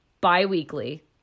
bi-weekly